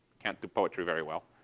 can't do poetry very well.